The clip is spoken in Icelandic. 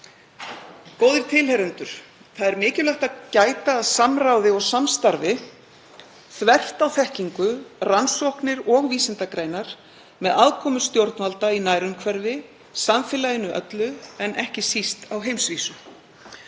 Góðir tilheyrendur. Það er mikilvægt að gæta að samráði og samstarfi, þvert á þekkingu, rannsóknir og vísindagreinar, með aðkomu stjórnvalda í nærumhverfi, samfélaginu öllu en ekki síst á heimsvísu.